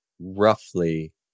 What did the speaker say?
roughly